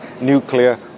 nuclear